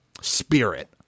spirit